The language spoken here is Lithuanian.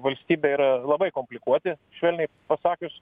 valstybe yra labai komplikuoti švelniai pasakius